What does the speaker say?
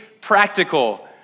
practical